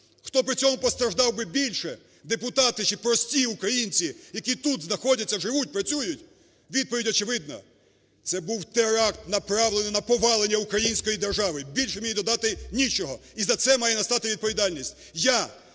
Хто при цьому постраждав би більше депутати чи прості українці, які тут знаходяться, живуть, працюють? Відповідь очевидна: це був теракт, направлений на повалення української держави, більше мені додати нічого. І за це має настати відповідальність.